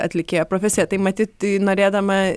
atlikėjo profesija tai matyt tai norėdama